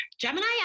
Gemini